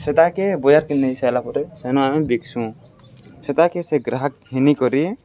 ସେଟତାକେ ବଜାରକେ ନେଇ ସାରଲା ପରେ ସେନୁ ଆମେ ବିିକ୍ସୁଁ ସେଟତାକେ ସେ ଗ୍ରାହକ ହେନି କରି